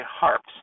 harps